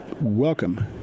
welcome